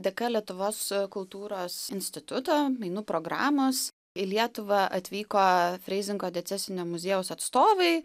dėka lietuvos kultūros instituto mainų programos į lietuvą atvyko freizingo diecezinio muziejaus atstovai